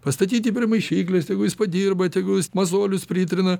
pastatyti prie maišyklės tegu jis padirba tegul jis mazolius pritrina